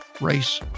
race